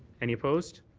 any opposed?